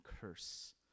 curse